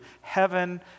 heaven